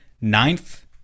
ninth